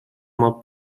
uma